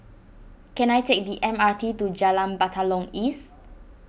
can I take the M R T to Jalan Batalong East